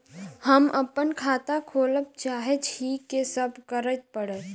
हम अप्पन खाता खोलब चाहै छी की सब करऽ पड़त?